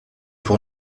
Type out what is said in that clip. pour